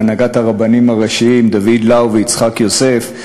בהנהגת הרבנים הראשיים דוד לאו ויצחק יוסף,